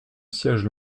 siège